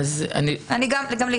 זה לא הוועדה שלי,